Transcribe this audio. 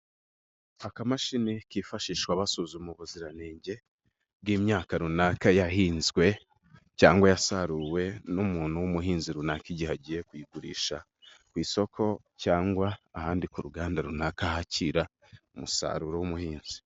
Akamashini kifashishwa basuzuma ubuziranenge, bw'imyaka runaka yahinzwe cyangwa yasaruwe n'umuntu w'umuhinzi runaka, igihe agiye kuyigurisha ku isoko cyangwa ahandi ku ruganda runaka hakira umusaruro w'ubuhinzi.